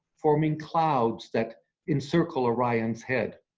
forming clouds that encircle orion's head.